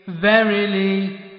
verily